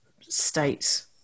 states